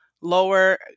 lower